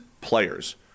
players